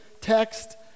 text